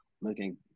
looking